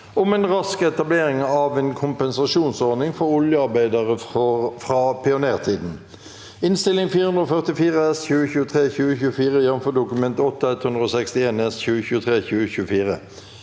om en rask etablering av en kompensasjonsordning for oljearbeidere fra pionertiden (Innst. 444 S (2023–2024), jf. Dokument 8:161 S (2023–2024))